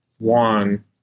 One